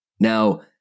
Now